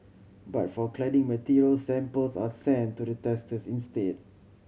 but for cladding materials samples are sent to the testers instead